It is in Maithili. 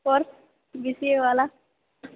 कोर्स बी सी ए वाला